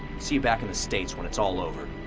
see you back in the states when it's all over.